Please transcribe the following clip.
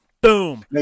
Boom